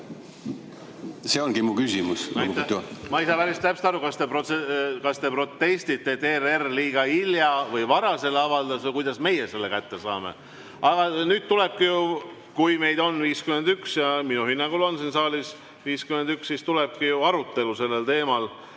See ongi mu küsimus. Aitäh! Ma ei saa päris täpselt aru, kas te protestite, et ERR liiga hilja või liiga vara selle avaldas, või kuidas meie selle kätte saame. Aga nüüd tulebki ju, kui meid on 51 – ja minu hinnangul on siin saalis meid 51 –, arutelu sellel teemal,